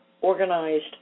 organized